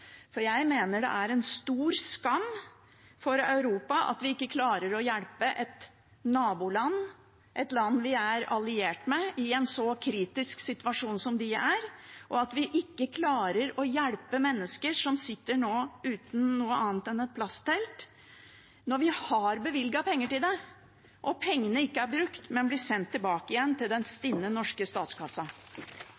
For jeg mener det er en stor skam for Europa at vi ikke klarer å hjelpe et naboland, et land vi er alliert med, i en så kritisk situasjon som de er i, og at vi ikke klarer å hjelpe mennesker som nå sitter uten noe annet enn et plasttelt, når vi har bevilget penger til det og pengene ikke er brukt, men blir sendt tilbake igjen til den